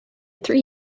three